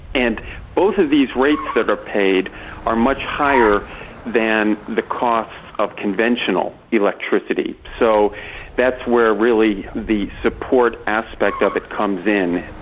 and both of these rates that are paid are much higher than the cost of conventional electricity, so that's where really the support aspect of it comes in.